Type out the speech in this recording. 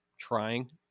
trying